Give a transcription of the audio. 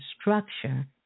structure